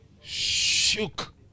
Shook